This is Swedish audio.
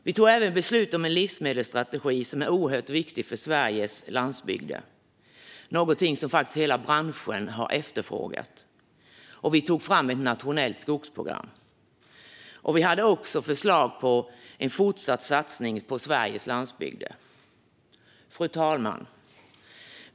Vi tog även beslut om en livsmedelsstrategi som är oerhört viktig för Sveriges landsbygder och något som hela branschen har efterfrågat. Vi tog fram ett nationellt skogsprogram, och vi hade också förslag på en fortsatt satsning på Sveriges landsbygder. Fru talman!